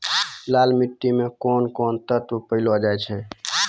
लाल मिट्टी मे कोंन कोंन तत्व पैलो जाय छै?